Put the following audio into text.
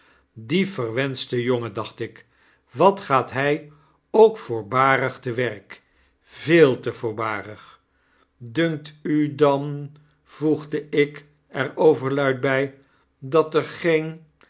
die verwenschte jongen dacht ik wat gaat hy ook voorbarig te werk veel te voorbarig dunkt u dan voegde ik er overluid by dat er geen